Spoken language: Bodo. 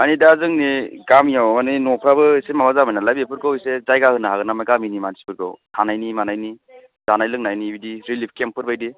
मानि दा जोंनि गामियाव मानि न'फ्राबो एसे माबा जाबाय नालाय बेफोरखौ एसे जायगा होनो हागोन नामा गामिनि मानसिफोरखौ थानायनि मानायनि जानाय लोंनायनि बिदि रिलिफ केम्पफोर बायदि